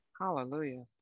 Hallelujah